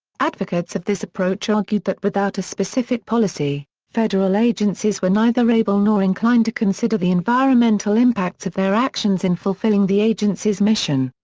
advocates of this approach argued that without a specific policy, federal agencies were neither able nor inclined to consider the environmental impacts of their actions in fulfilling the agency's mission.